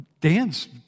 Dan's